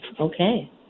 okay